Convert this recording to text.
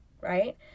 right